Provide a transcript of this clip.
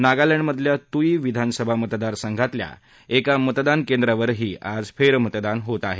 नागालैंडमधल्या त्युई विधानसभा मतदारसंघातल्या एका मतदान केंद्रावरही आज फेरमतदान होत आहे